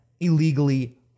Illegally